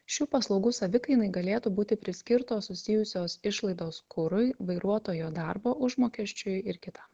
šių paslaugų savikainai galėtų būti priskirtos susijusios išlaidos kurui vairuotojo darbo užmokesčiui ir kita